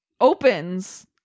opens